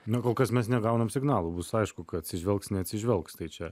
na kol kas mes negaunam signalų bus aišku kai atsižvelgs neatsižvelgs tai čia